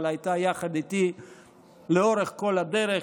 אבל הייתה יחד איתי לאורך כל הדרך,